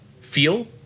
feel